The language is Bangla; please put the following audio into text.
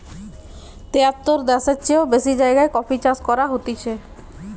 তেয়াত্তর দ্যাশের চেও বেশি জাগায় কফি চাষ করা হতিছে